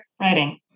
writing